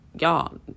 y'all